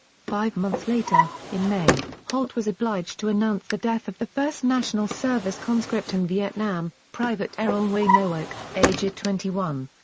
five months later, in may, holt was obliged to announce the death of the first national service conscript in vietnam, private errol wayne noack, aged twenty one.